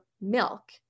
milk